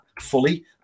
fully